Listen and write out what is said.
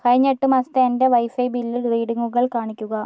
കഴിഞ്ഞ എട്ട് മാസത്തെ എൻ്റെ വൈഫൈ ബില്ല് റീഡിങ്ങുകൾ കാണിക്കുക